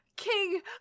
King